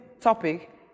topic